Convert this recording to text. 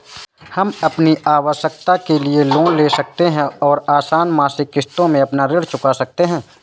हम अपनी आवश्कता के लिए लोन ले सकते है और आसन मासिक किश्तों में अपना ऋण चुका सकते है